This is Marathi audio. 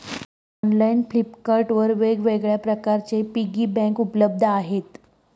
ऑनलाइन फ्लिपकार्ट वर वेगवेगळ्या प्रकारचे पिगी बँक उपलब्ध आहेत